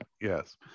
Yes